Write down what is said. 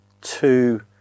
two